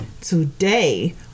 today